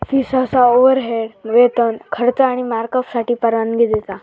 fee सहसा overhead, वेतन, खर्च आणि मार्कअपसाठी परवानगी देता